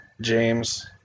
James